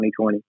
2020